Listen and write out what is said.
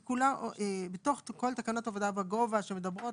היא כולה בתוך תקנות עבודה בגובה שמדברות